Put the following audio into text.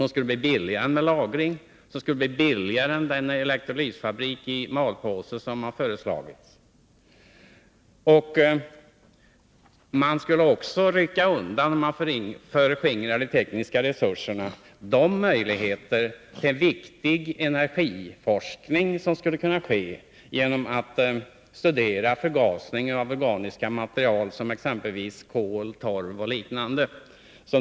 Det skulle bli billigare än lagring och billigare än den elektrolysbaserade ammoniakfabrik ”i malpåse” som har föreslagits. Om de tekniska resurserna förskingrades, skulle man också rycka undan möjligheterna till viktig energiforskning som skulle kunna ske i samband med studiet av förgasning av organiska material, såsom kol, torv och liknande.